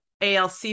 ALC